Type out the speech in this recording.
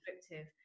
descriptive